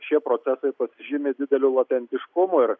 šie procesai pasižymi dideliu latentiškumu ir